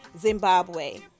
Zimbabwe